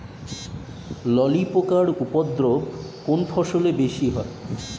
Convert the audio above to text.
ললি পোকার উপদ্রব কোন ফসলে বেশি হয়?